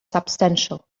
substantial